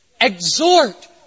exhort